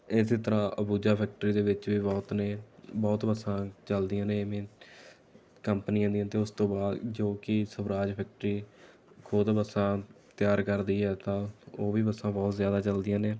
ਇਸੇ ਤਰ੍ਹਾਂ ਅੰਬੂਜਾ ਫੈਕਟਰੀ ਦੇ ਵਿੱਚ ਵੀ ਬਹੁਤ ਨੇ ਬਹੁਤ ਬੱਸਾਂ ਚੱਲਦੀਆਂ ਨੇ ਇਵੇਂ ਕੰਪਨੀਆਂ ਦੀਆਂ ਅਤੇ ਉਸ ਤੋਂ ਬਾਅਦ ਜੋ ਕਿ ਸਵਰਾਜ ਫੈਕਟਰੀ ਖੁਦ ਬੱਸਾਂ ਤਿਆਰ ਕਰਦੀ ਹੈ ਤਾਂ ਉਹ ਵੀ ਬੱਸਾਂ ਬਹੁਤ ਜ਼ਿਆਦਾ ਚੱਲਦੀਆਂ ਨੇ